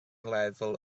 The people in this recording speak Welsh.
lefel